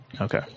Okay